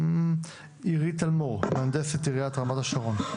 נעבור לעירית טלמור, מהנדסת עיריית רמת השרון.